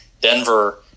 Denver